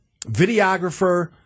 videographer